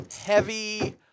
heavy